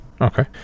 Okay